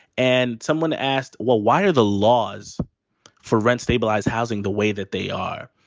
and someone asked, well, why are the laws for rent stabilized housing the way that they are?